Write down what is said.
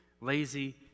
lazy